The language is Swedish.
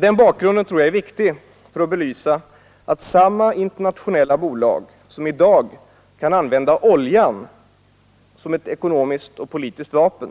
Denna bakgrund tror jag är viktig för att bevisa att samma internationella bolag, som i dag kan använda oljan som ett ekonomiskt och politiskt vapen,